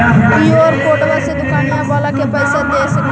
QR कोडबा से दुकनिया बाला के पैसा दे सक्रिय?